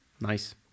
Nice